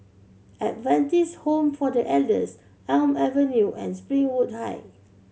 Adventist Home for The Elders Elm Avenue and Springwood Heights